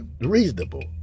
Reasonable